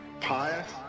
pious